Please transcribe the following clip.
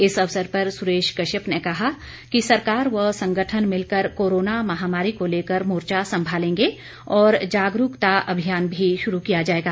इस अवसर पर सुरेश कश्यप ने कहा कि सरकार व संगठन मिलकर कोरोना महामारी को लेकर मोर्चा सम्भालेंगे और जागरूकता अभियान भी शुरू किया जाएगा